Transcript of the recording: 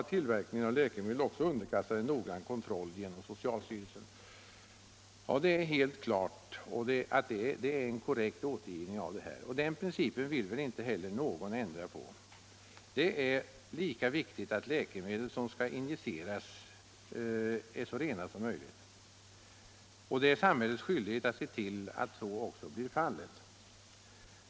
Tillverkningen av läkemedel är också underkastad en noggrann kontroll genom socialstyrelsen.” Ja, det är helt klart att det är en korrekt återgivning, och den principen vill väl inte heller någon ändra på. Det är lika viktigt att läkemedel som skall injiceras är så rena som möjligt, och det är samhällets skyldighet att se till att så också blir fallet.